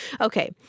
Okay